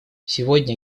сегодня